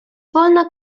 wolna